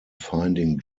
finding